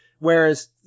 Whereas